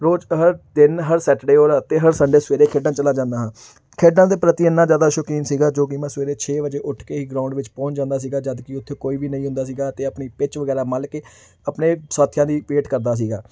ਰੋਜ਼ ਹਰ ਦਿਨ ਹਰ ਸੈਟਰਡੇ ਔਰ ਅਤੇ ਹਰ ਸੰਡੇ ਸਵੇਰੇ ਖੇਡਣ ਚਲਾ ਜਾਂਦਾ ਹਾਂ ਖੇਡਾਂ ਦੇ ਪ੍ਰਤੀ ਇੰਨਾ ਜ਼ਿਆਦਾ ਸ਼ੌਕੀਨ ਸੀਗਾ ਜੋ ਕਿ ਮੈਂ ਸਵੇਰੇ ਛੇ ਵਜੇ ਉੱਠ ਕੇ ਹੀ ਗਰਾਊਂਡ ਵਿੱਚ ਪਹੁੰਚ ਜਾਂਦਾ ਸੀਗਾ ਜਦੋਂ ਕਿ ਉੱਥੇ ਕੋਈ ਵੀ ਨਹੀਂ ਹੁੰਦਾ ਸੀਗਾ ਅਤੇ ਆਪਣੀ ਪਿੱਚ ਵਗੈਰਾ ਮੱਲ ਕੇ ਆਪਣੇ ਸਾਥੀਆਂ ਦੀ ਵੇਟ ਕਰਦਾ ਸੀਗਾ